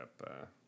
up